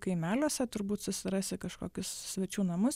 kaimeliuose turbūt susirasi kažkokius svečių namus